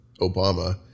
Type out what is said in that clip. Obama